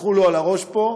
הלכו לו על הראש פה,